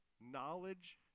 Knowledge